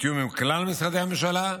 בתיאום עם כלל משרדי הממשלה,